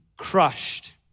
Crushed